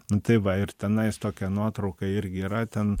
nu tai va ir tenais tokia nuotrauka irgi yra ten